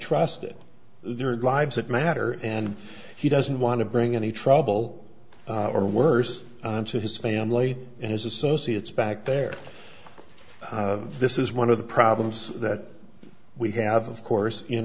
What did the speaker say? trust it there and lives that matter and he doesn't want to bring any trouble or worse onto his family and his associates back there this is one of the problems that we have of course in